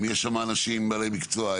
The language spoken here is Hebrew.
אם יש שם אנשים בעלי מקצוע?